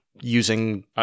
using